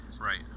Right